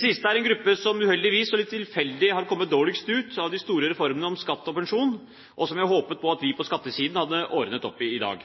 siste er en gruppe som uheldigvis og litt tilfeldig har kommet dårligst ut av de store reformene om skatt og pensjon, og som jeg håpet at vi på skattesiden hadde ordnet opp i i dag.